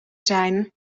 zijn